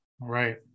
Right